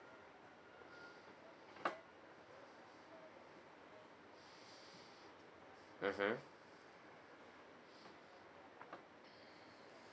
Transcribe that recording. mm hmm